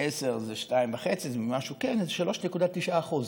10 זה 2.5, כן, איזה 3.9%,